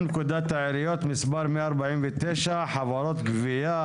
פקודת העיריות (מס' 149) (חברות גבייה),